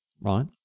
right